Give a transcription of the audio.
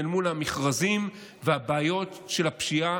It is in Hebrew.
אל מול המכרזים והבעיות של הפשיעה,